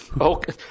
Okay